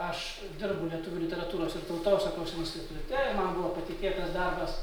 aš dirbu lietuvių literatūros ir tautosakos institute ir man buvo patikėtas darbas